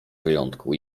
wyjątku